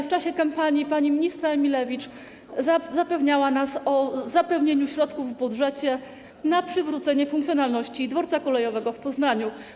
W czasie kampanii pani minister Emilewicz zapewniała nas o zapewnieniu środków w budżecie na przywrócenie funkcjonalności dworca kolejowego w Poznaniu.